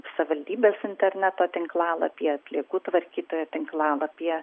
savivaldybės interneto tinklalapyje atliekų tvarkytojo tinklalapyje